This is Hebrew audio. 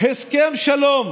הסכם שלום.